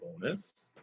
bonus